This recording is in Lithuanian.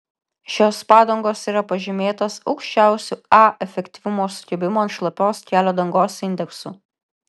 šios padangos yra pažymėtos aukščiausiu a efektyvumo sukibimo ant šlapios kelio dangos indeksu